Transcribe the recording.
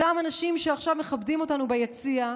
אותם אנשים שעכשיו מכבדים אותנו ביציע,